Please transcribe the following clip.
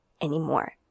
anymore